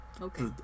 Okay